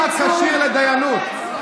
רב כשיר לדיינות.